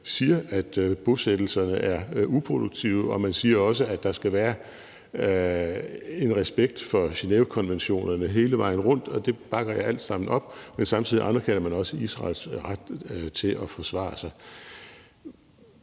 siger, at bosættelserne er uproduktive. Man siger også, at der skal være en respekt for Genèvekonventionerne hele vejen rundt, og det bakker jeg alt sammen op om, men samtidig anerkender man også Israels ret til at forsvare sig.